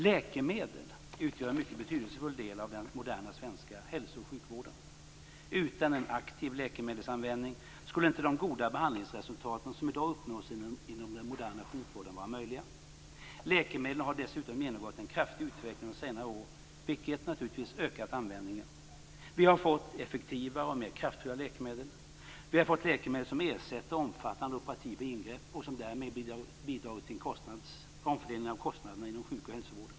Läkemedel utgör en mycket betydelsefull del av den moderna svenska hälso och sjukvården. Utan en aktiv läkemedelsanvändning skulle inte de goda behandlingsresultat som i dag uppnås inom den moderna sjukvården vara möjliga. Läkemedlen har dessutom genomgått en kraftig utveckling under senare år, vilket naturligtvis ökat användningen. Vi har fått effektivare och mer kraftfulla läkemedel. Vi har fått läkemedel som ersätter omfattande operativa ingrepp och som därmed bidrar till en omfördelning av kostnaderna inom sjuk och hälsovården.